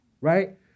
right